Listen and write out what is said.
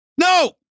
No